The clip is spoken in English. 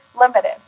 limited